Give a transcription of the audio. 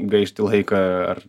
gaišti laiką ar